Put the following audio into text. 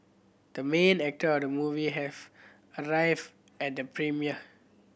the main actor of the movie have arrive at the premiere